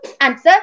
Answer